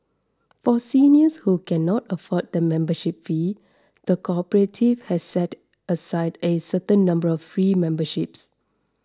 for seniors who cannot afford the membership fee the cooperative has set aside a certain number of free memberships